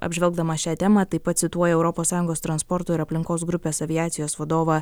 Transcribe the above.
apžvelgdamas šią temą taip pat cituoja europos sąjungos transporto ir aplinkos grupės aviacijos vadovą